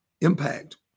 impact